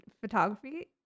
photography